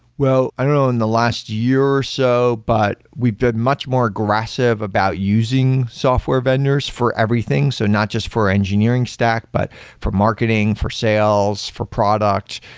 well, i don't know in the last year or so, but we've been much more aggressive about using software vendors for everything. so not just for engineering stack, but for marketing, for sales, for products,